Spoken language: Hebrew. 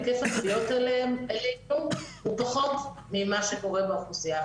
היקף התביעות עליהם הוא פחות ממה שקורה באוכלוסיה.